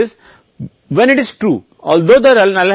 अब Z मान हम के संदर्भ में कहते हैं माध्य और अनुपात दो सूत्र हैं